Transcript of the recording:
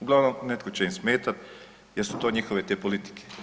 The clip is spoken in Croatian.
Uglavnom netko će im smetati jer su to njihove te politike.